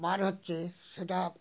হচ্ছে সেটা